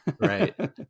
Right